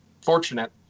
fortunate